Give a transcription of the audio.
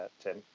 Tim